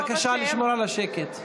בבקשה לשמור על השקט.